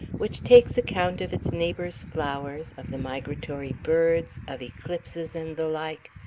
which takes account of its neighbours' flowers, of the migratory birds, of eclipses, and the like,